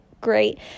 great